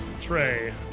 Trey